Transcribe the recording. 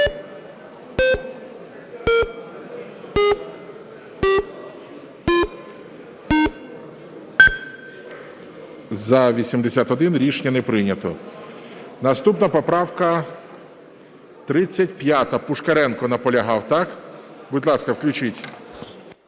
За-81 Рішення не прийнято. Наступна поправка 35. Пушкаренко наполягав, так. Будь ласка, включіть.